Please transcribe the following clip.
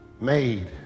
made